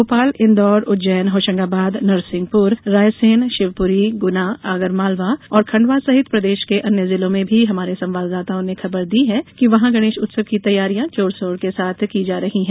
भोपाल इंदौर उज्जैन होशंगाबाद नरसिंहपुर रायसेन शिवपुरी गुनाख आगरमालवा और खंडवा सहित प्रदेश के अन्य जिलों से भी हमारे संवाददाताओं ने खबर दी है कि वहां गणेश उत्सव की तैयारियां जोर शोर के साथ की जा रही हैं